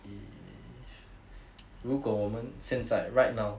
mm 如果我们现在 right now